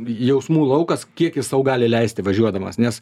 jausmų laukas kiek jis sau gali leisti važiuodamas nes